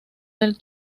del